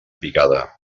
picada